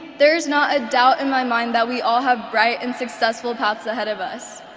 there's not a doubt in my mind that we all have bright and successful paths ahead of us,